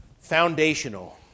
foundational